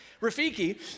Rafiki